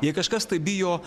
jei kažkas tai bijo